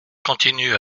continue